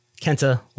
Kenta